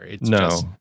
No